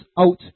out